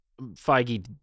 Feige